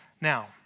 Now